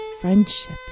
friendship